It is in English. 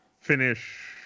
finish